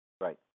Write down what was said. Right